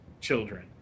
children